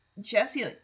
Jesse